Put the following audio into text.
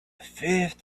fifth